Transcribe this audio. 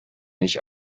nicht